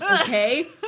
Okay